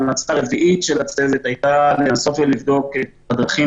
המלצה רביעית של הצוות הייתה לנסות לבדוק את הדרכים